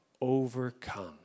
overcome